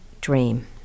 Dream